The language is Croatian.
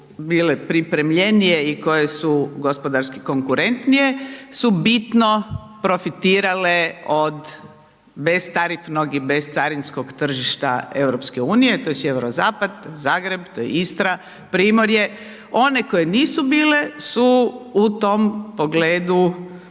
bile pripremljenije i koje su gospodarski konkurentnije su bitno profitirale od beztarifnog i bezcarinskog tržišta EU-a a to je sjeverozapad, Zagreb, to je Istra, Primorje, one koje nisu bile su u tom pogledu